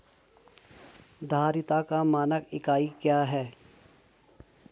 धारिता का मानक इकाई क्या है?